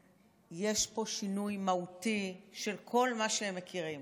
יש פה שינוי מהותי של כל מה שהם מכירים